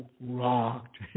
rocked